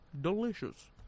Delicious